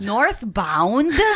Northbound